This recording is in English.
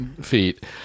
feet